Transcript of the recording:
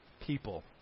people